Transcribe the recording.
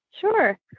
Sure